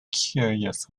curious